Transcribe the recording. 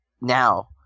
now